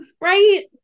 Right